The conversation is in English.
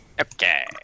Okay